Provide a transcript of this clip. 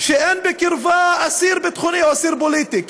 שאין בקרבה אסיר ביטחוני או אסיר פוליטי.